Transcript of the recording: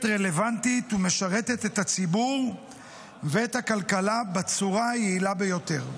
רלוונטית ומשרתת את הציבור ואת הכלכלה בצורה היעילה ביותר.